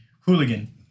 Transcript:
Hooligan